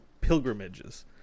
pilgrimages